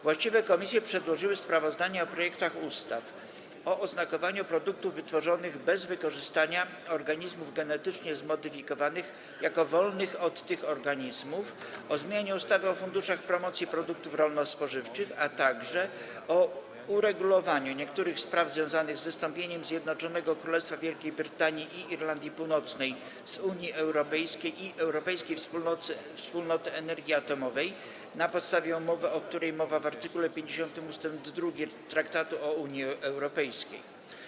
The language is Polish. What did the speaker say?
Właściwe komisje przedłożyły sprawozdania o projektach ustaw: - o oznakowaniu produktów wytworzonych bez wykorzystania organizmów genetycznie zmodyfikowanych jako wolnych od tych organizmów, - o zmianie ustawy o funduszach promocji produktów rolno-spożywczych, - o uregulowaniu niektórych spraw w związku z wystąpieniem Zjednoczonego Królestwa Wielkiej Brytanii i Irlandii Północnej z Unii Europejskiej i Europejskiej Wspólnoty Energii Atomowej na podstawie umowy, o której mowa w art. 50 ust. 2 Traktatu o Unii Europejskiej.